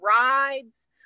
rides